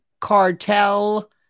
cartel